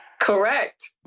Correct